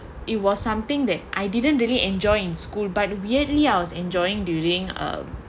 it was something that I didn't really enjoy in school by weirdly I was enjoying during um